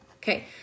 Okay